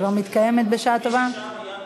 כבר מתקיימת, בשעה טובה?